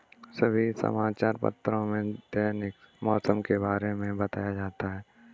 सभी समाचार पत्रों में दैनिक मौसम के बारे में बताया जाता है